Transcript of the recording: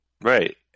Right